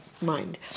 mind